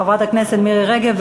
חברת הכנסת מירי רגב.